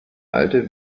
alte